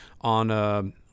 on –